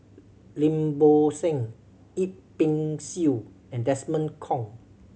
Lim Bo Seng Yip Pin Xiu and Desmond Kon